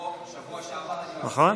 נכון?